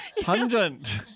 pungent